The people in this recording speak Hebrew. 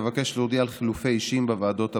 אבקש להודיע על חילופי אישים בוועדות הבאות: